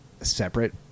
separate